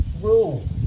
rule